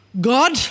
God